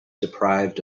deprived